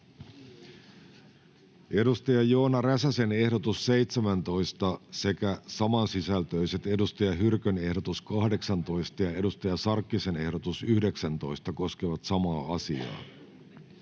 vastaan. Joona Räsäsen ehdotus 17 sekä saman sisältöiset Saara Hyrkön ehdotus 18 ja Hanna Sarkkisen ehdotus 19 koskevat samaa asiaa,